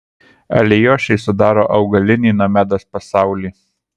alijošiai sudaro augalinį nomedos pasaulį